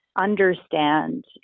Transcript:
understand